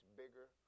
bigger